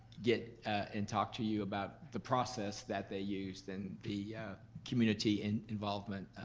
get and talk to you about the process that they used and the community and involvement.